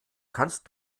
kannst